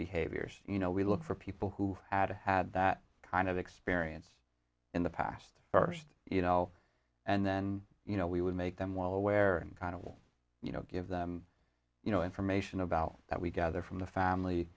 behaviors you know we look for people who had had that kind of experience in the past first you know and then you know we would make them well aware kind of you know give them you know information about that we gather from the family